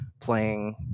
playing